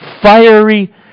fiery